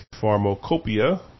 pharmacopoeia